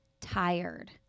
tired